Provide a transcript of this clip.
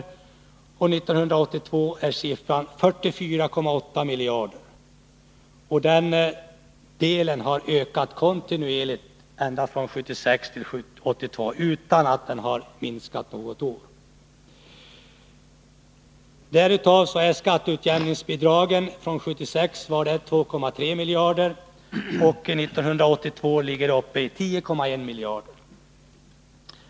1982 är siffran 44,8 miljarder. Den delen har ökat kontinuerligt från 1976 till 1982 och alltså inte minskat något år. Av de totala statsbidragen till kommunerna var skatteutjämningsbidragen för 1976 2,3 miljarder, och 1982 ligger de på 10,1 miljarder.